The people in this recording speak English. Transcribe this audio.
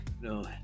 No